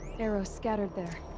arrows, scattered there.